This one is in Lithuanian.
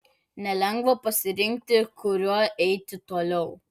nelengva pasirinkti kuriuo eiti toliau